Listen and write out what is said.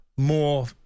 more